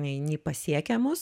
nei nei pasiekia mus